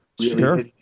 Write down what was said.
Sure